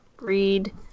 read